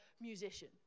musician